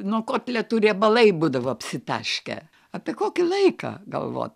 nuo kotletų riebalai būdavo apsitaškę apie kokį laiką galvot